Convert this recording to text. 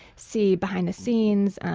see behind the scenes,